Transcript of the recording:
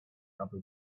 other